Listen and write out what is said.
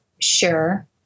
sure